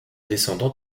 descendant